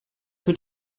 mit